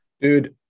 Dude